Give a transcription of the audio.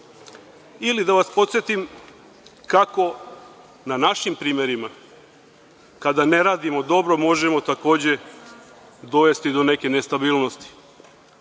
Ili da vas podsetim, na našim primerima, kako kada ne radimo dobro možemo takođe dovesti do neke nestabilnosti.